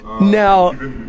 Now